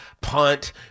punt